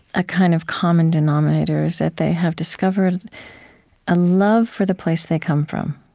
a kind of common denominator is that they have discovered a love for the place they come from.